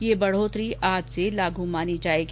ये बढोतरी आज से लागू मानी जाएगी